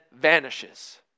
vanishes